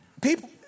people